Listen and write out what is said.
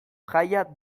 jaia